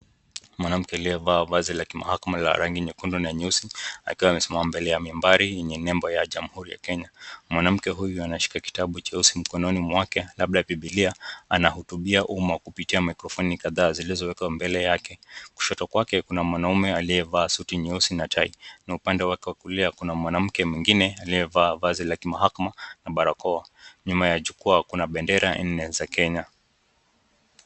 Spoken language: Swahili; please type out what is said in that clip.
Mwanamke aliyevaa vazi la kimahakama la rangi nyekundu na nyeusi akiwa amesimama mbele ya mimbari yenye nembo ya Jamhuri ya Kenya. Mwanamke huyu anashika kitabu cheusi mkononi mwake labda Biblia anahutubia umma kupitia mikrofoni kadhaa zilizowekwa mbele yake. Kushoto kwake kuna mwanaume aliyevaa suti nyeusi na tai na upande wake wa kulia kuna mwanamke mwingine aliyevaa vazi la kimahakama na barakoa. Nyuma ya jukwaa kuna bendera nne za Kenya.